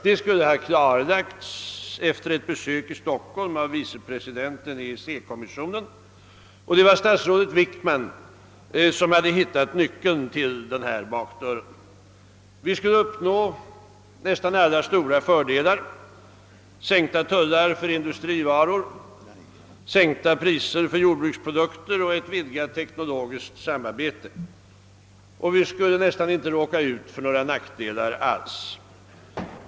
Det skulle ha klarlagts efter ett besök i Stockholm av vicepresidenten i EEC-kommissionen, och det var statsrådet Wickman som hade hittat nyckeln till denna bakdörr. Vi skulle uppnå nästan alla stora fördelar — sänkta tullar för industrivaror, sänkta priser för jordbruksprodukter och ett vidgat teknologiskt samarbete och vi skulle nästan inte råka ut för några nackdelar alls.